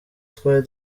twari